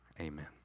amen